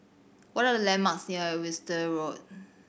what are the landmarks near Winstedt Road